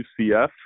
UCF